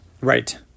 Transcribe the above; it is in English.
Right